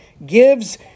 gives